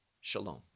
shalom